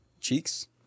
Cheeks